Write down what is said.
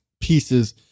pieces